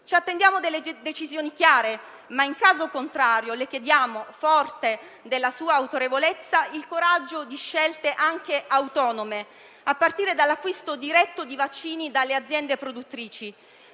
Ci attendiamo decisioni chiare, ma in caso contrario le chiediamo, forte della sua autorevolezza, il coraggio di scelte anche autonome, a partire dall'acquisto diretto di vaccini dalle aziende produttrici,